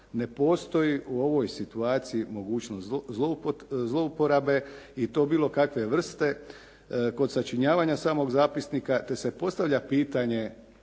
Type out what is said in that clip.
Ne postoji u ovoj situaciji mogućnost zlouporabe i to bilo kakve vrste kod sačinjavanja samog zapisnika te se postavlja pitanje